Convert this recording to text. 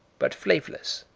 but flavorless.